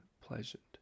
pleasant